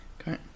Okay